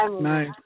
nice